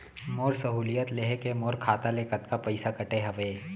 मोर सहुलियत लेहे के मोर खाता ले कतका पइसा कटे हवये?